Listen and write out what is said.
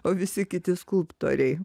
o visi kiti skulptoriai